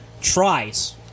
tries